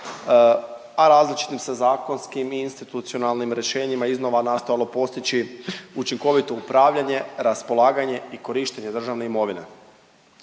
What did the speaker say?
a različitim se zakonskim i institucionalnim rješenjima iznova nastojalo postići učinkovito upravljanje, raspolaganje i korištenje državne imovine.